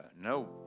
no